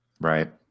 Right